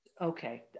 Okay